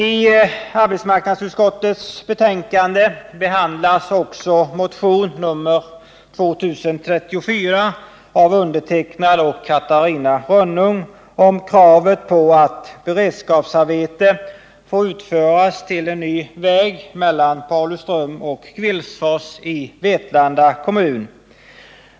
I arbetsmarknadsutskottets betänkande behandlas också motion nr 1562 av mig och Catarina Rönnung med kravet att beredskapsarbete får utföras till en ny väg mellan Pauliström och Kvillsfors i Vetlanda kommun.